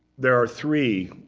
there are three,